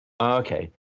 Okay